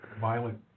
violent